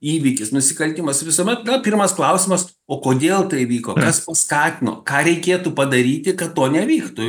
įvykis nusikaltimas visuomet gal pirmas klausimas o kodėl tai vyko kas paskatino ką reikėtų padaryti kad to nevyktų